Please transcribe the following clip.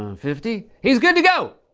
fifty? he's good to go!